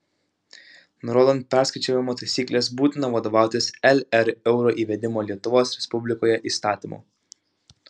nurodant perskaičiavimo taisykles būtina vadovautis lr euro įvedimo lietuvos respublikoje įstatymu